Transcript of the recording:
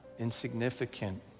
insignificant